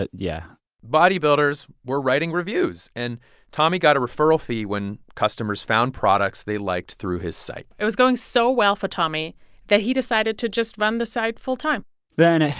yeah bodybuilders were writing reviews, and tommy got a referral fee when customers found products they liked through his site it was going so well for tommy that he decided to just run the site full-time then, ah